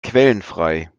quellenfrei